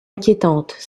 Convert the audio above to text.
inquiétante